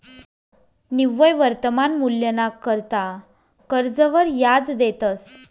निव्वय वर्तमान मूल्यना करता कर्जवर याज देतंस